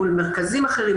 מול מרכזים אחרים,